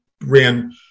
ran